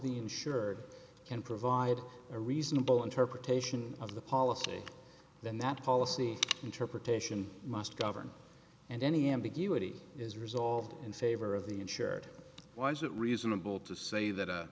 the insured can provide a reasonable interpretation of the policy then that policy interpretation must govern and any ambiguity is resolved in favor of the insured why is it reasonable to say that